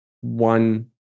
one